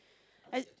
as